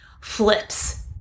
flips